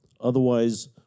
Otherwise